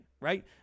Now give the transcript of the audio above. right